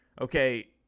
okay